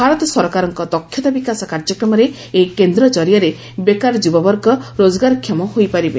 ଭାରତ ସରକାରଙ୍କ ଦକ୍ଷତା ବିକାଶ କାର୍ଯ୍ୟକ୍ରମରେ ଏହି କେନ୍ଦ ଜରିଆରେ ବେକାର ଯୁବବର୍ଗ ରୋଜଗାରକ୍ଷମ ହୋଇପାରିବେ